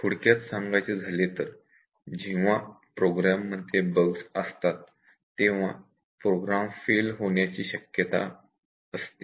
थोडक्यात सांगायचे झाले तर जेव्हा प्रोग्राम मध्ये बग्स असतात तेव्हा फेल होण्याची शक्यता आहे